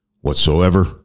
whatsoever